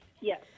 Yes